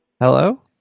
Hello